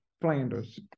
Flanders